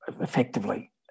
effectively